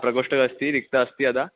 प्रकोष्ठकः अस्ति रिक्तः अस्ति अतः